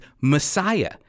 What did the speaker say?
Messiah